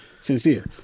sincere